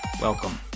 welcome